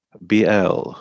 BL